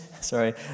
sorry